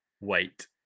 wait